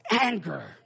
anger